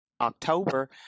October